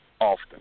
often